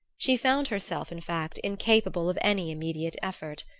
she found herself, in fact, incapable of any immediate effort.